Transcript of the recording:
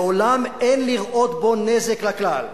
לעולם אין לראות בו נזק לכלל.